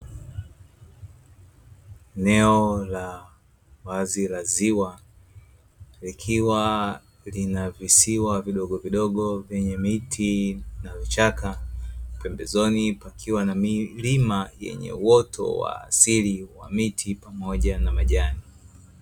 Eneo la wazi la ziwa likiwa lina visiwa vidogovidogo; vyenye miti na vichaka, pembezoni pakiwa na milima yenye uoto wa asili wa miti pamoja na majani.